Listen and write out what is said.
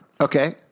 Okay